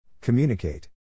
Communicate